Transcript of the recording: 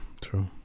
True